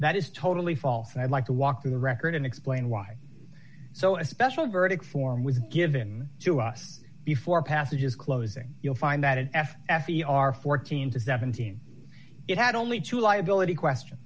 that is totally false and i'd like to walk through the record and explain why so a special verdict form was given to us before passages closing you'll find that in f f e r fourteen to seventeen it had only two liability question